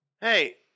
Hey